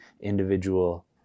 individual